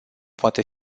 poate